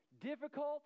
difficult